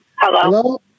Hello